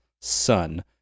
son